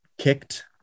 kicked